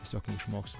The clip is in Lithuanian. tiesiog neišmoksi